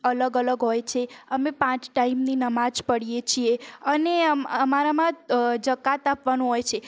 અલગ અલગ હોય છે અમે પાંચ ટાઈમની નમાઝ પઢીએ છીએ અને અમારામાં જકાત આપવાનો હોય છે